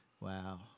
Wow